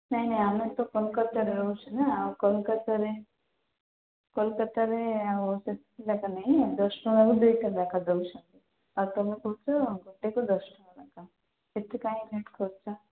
ନାଇଁ ନାଇଁ ଆମେ ତ କୋଲକାତାରେ ରହୁଛୁ ନା ଆଉ କୋଲକାତାରେ କୋଲକାତାରେ ଆଉ ଏତେ ରେଟ୍ ନାହିଁ ଦଶ ଟଙ୍କାକୁ ଦୁଇ ଟଙ୍କା କରି ଦେଉଛନ୍ତି ଆଉ ତୁମେ କହୁଛ ଗୋଟେକୁ ଦଶଟଙ୍କା ଲେଖାଁ ସେଥିପାଇଁ ରେଟ୍ କରିଛ